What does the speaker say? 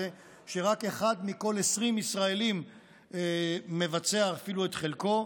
כשרק אחד מכל 20 ישראלים מבצע אפילו את חלקו?